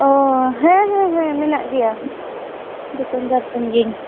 ᱚ ᱦᱮᱸ ᱦᱮᱸ ᱦᱮᱸ ᱢᱮᱱᱟᱜ ᱜᱮᱭᱟ ᱫᱚᱠᱟᱱᱫᱟᱨ ᱠᱟᱱ ᱜᱮᱭᱟᱹᱧ